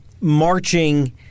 marching